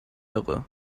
irre